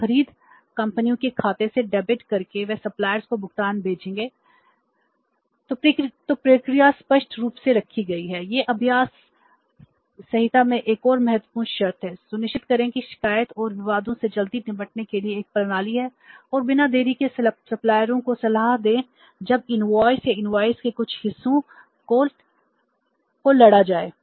और bank suppliers के कुछ हिस्सों को लड़ा जाए